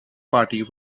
party